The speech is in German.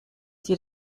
sie